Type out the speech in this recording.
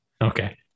okay